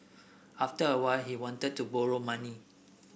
after a while he wanted to borrow money